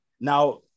Now